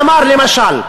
מי שאמר, למשל,